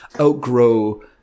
outgrow